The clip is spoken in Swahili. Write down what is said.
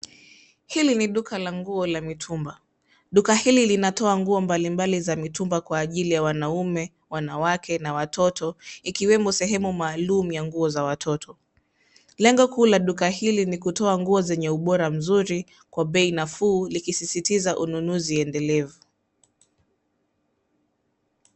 Hili ni duka la nguo la mitumba. Duka hili linatoa nguo mbalimbali za mitumba kwa ajili ya wanaume, wanawake na watoto ikiwemo sehemu maalum ya nguo za watoto. Lengo kuu la duka hili ni kutoa nguo zenye ubora mzuri kwa bei nafuu likisisitiza ununuzi endelevu.